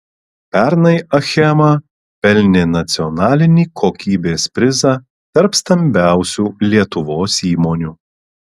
pernai achema pelnė nacionalinį kokybės prizą tarp stambiausių lietuvos įmonių